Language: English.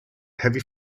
heavy